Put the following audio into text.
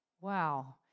Wow